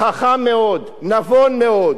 חכם מאוד, נבון מאוד,